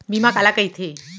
बीमा काला कइथे?